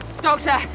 Doctor